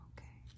Okay